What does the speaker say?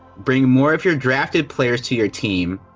bring more of you're drafted players to your team,